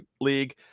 league